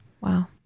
Wow